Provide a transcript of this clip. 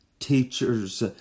Teachers